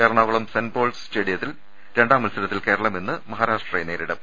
Ernakulam Saint Paul സ്റ്റേഡിയത്തിൽ രണ്ടാം മത്സരത്തിൽ കേരളം ഇന്ന് മഹാരാഷ്ട്രയെ നേരിടും